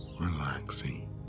relaxing